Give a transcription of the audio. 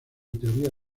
teoría